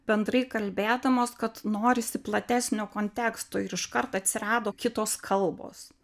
bendrai kalbėdamos kad norisi platesnio konteksto ir iškart atsirado kitos kalbos